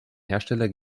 hersteller